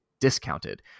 discounted